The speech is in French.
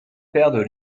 perdent